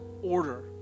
order